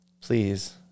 please